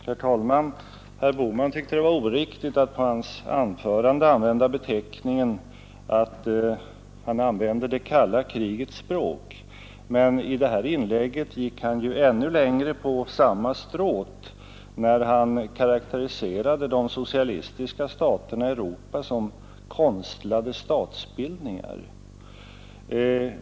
Herr talman! Herr Bohman tyckte att det var oriktigt att om hans anförande använda beteckningen att han talar det kalla krigets språk. Men i detta inlägg gick han ju ännu längre på samma stråt, när han karakteriserade de socialistiska staterna i Europa som konstlade statsbildningar.